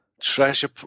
Treasure